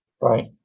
right